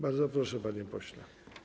Bardzo proszę, panie pośle.